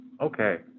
Okay